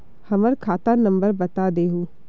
हमर खाता नंबर बता देहु?